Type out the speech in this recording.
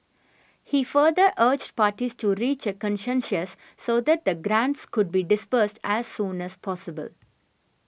he further urged parties to reach a consensus so that the grants could be disbursed as soon as possible